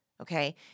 Okay